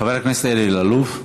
חבר הכנסת אלי אלאלוף.